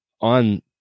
on